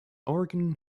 oregon